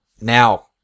Now